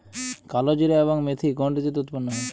কালোজিরা এবং মেথি কোন ঋতুতে উৎপন্ন হয়?